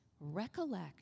recollect